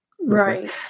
Right